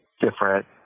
different